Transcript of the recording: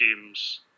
games